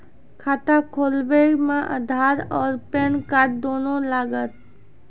खाता खोलबे मे आधार और पेन कार्ड दोनों लागत?